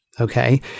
Okay